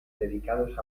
dedicados